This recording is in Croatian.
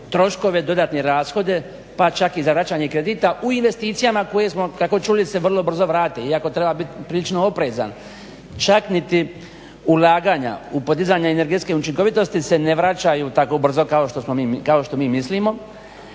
troškove, dodatne rashode pa čak i za vraćanje kredita u investicijama koje smo kako smo čuli vrlo brzo vrate iako treba biti prilično oprezan. Čak niti ulaganja u podizanja energetske učinkovitosti se ne vraćaju tako brzo kao što mi mislimo